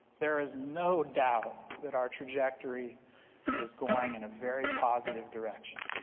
there is no doubt that our trajectory is going in a very positive direction.